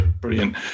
brilliant